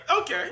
Okay